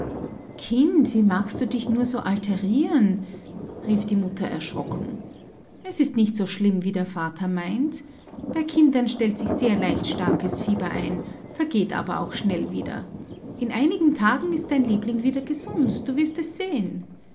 kind wie magst du dich nur so alterieren rief die mutter erschrocken es ist nicht so schlimm wie der vater meint bei kindern stellt sich sehr leicht starkes fieber ein vergeht aber auch schnell wieder in einigen tagen ist dein liebling wieder gesund du wirst es sehen